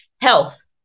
health